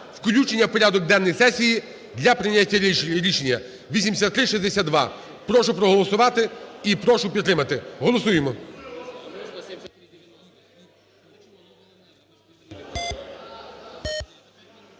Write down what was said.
включення в порядок денний сесії для прийняття рішення. 8362, прошу проголосувати і прошу підтримати. Голосуємо.